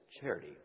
charity